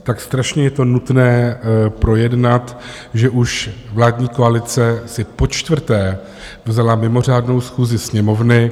Tak strašně je to nutné projednat, že už vládní koalice si počtvrté vzala mimořádnou schůzi Sněmovny.